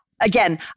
Again